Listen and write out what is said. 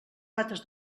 dates